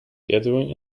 gathering